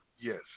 yes